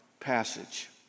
passage